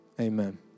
Amen